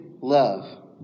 love